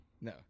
No